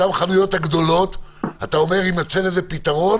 אותן החנויות הגדולות, אתה אומר שיימצא להן פתרון